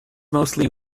mostly